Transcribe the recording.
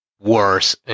worse